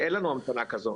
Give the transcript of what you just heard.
אין לנו המתנה כזאת,